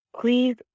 please